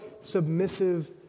submissive